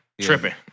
Tripping